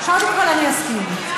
קודם כול, אסכים.